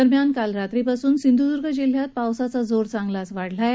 दरम्यान काल रात्रीपासून सिंधूदर्ग जिल्ह्यात पावसाचा जोर चांगलाच वाढलाय